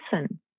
listen